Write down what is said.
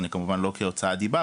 אני כמובן לא אומר את זה כהוצאת דיבה,